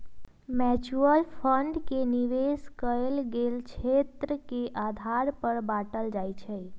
mutual fund के निवेश कएल गेल क्षेत्र के आधार पर बाटल जाइ छइ